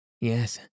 Yes